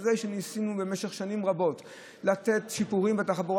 אחרי שניסינו במשך שנים רבות לתת שיפורים בתחבורה